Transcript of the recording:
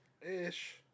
Ish